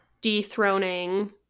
dethroning